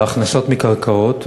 בהכנסות מקרקעות?